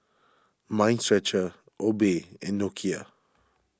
Mind Stretcher Obey and Nokia